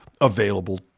available